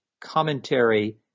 commentary